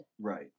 Right